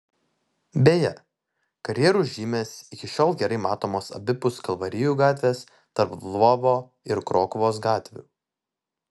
beje karjerų žymės iki šiol gerai matomos abipus kalvarijų gatvės tarp lvovo ir krokuvos gatvių